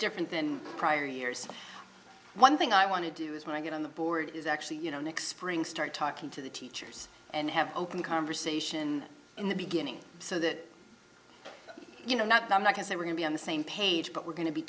different than prior years one thing i want to do is when i get on the board is actually you know next spring start talking to the teachers and have open conversation in the beginning so that you know not i'm not to say we're going be on the same page but we're going to be